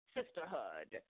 Sisterhood